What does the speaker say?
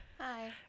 Hi